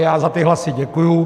Já za ty hlasy děkuji.